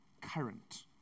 current